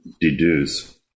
deduce